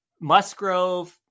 Musgrove